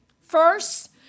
First